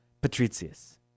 Patricius